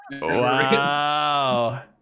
Wow